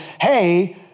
hey